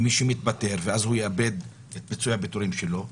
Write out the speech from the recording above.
כמי שמתפטר ואז הוא יאבד את פיצויי הפיטורים שלו,